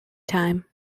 time